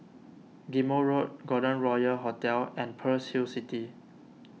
Ghim Moh Road Golden Royal Hotel and Pearl's Hill City